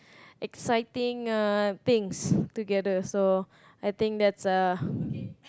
exciting uh things together so I think that's a